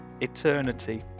eternity